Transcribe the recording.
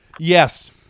Yes